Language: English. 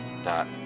dot